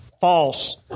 false